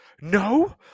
no